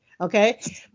Okay